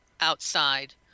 outside